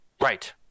right